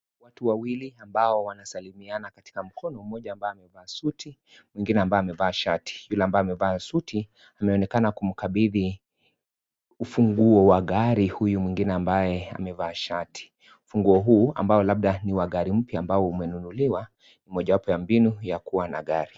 Watu wawili, ambao wanasalimiana katika mkono mmoja ambaye amevaa suti, mwigine ambaye amevaa shati. Yule ambaye amevaa suti, ameonekana kumukabithi ufunguo wa gari huyu mwigine ambaye amevaa shati, ufunguo huo, ambao labda ni wagari mpya ambao imenunuliwa mojawapo ya mbinu ya kuwa na gari.